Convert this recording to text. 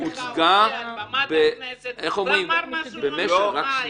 -- ראש הממשלה הופיע על במת הכנסת ואמר מה שהוא אמר.